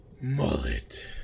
mullet